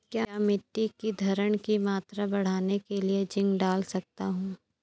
क्या मिट्टी की धरण की मात्रा बढ़ाने के लिए जिंक डाल सकता हूँ?